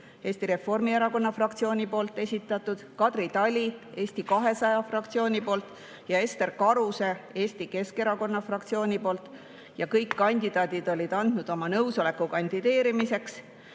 Eesti Reformierakonna fraktsiooni poolt esitatud, Kadri Tali Eesti 200 fraktsiooni poolt ja Ester Karuse Eesti Keskerakonna fraktsiooni poolt – ja kõik kandidaadid olid andnud oma nõusoleku kandideerimiseks,